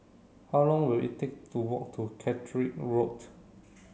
how long will it take to walk to Catterick Road